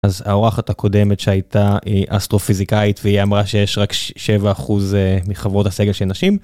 אז האורחת הקודמת שהייתה אסטרופיזיקאית והיא אמרה שיש רק 7% מחברות הסגל שהם נשים.